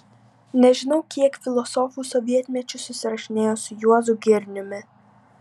nežinau kiek filosofų sovietmečiu susirašinėjo su juozu girniumi